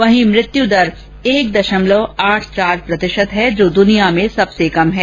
वहीं मृत्युदर एक दशमलव आठ चार प्रतिशत है जो दुनिया में सबसे कम है